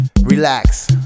Relax